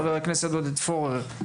חבר הכנסת עודד פורר,